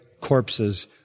corpses